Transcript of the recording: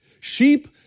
Sheep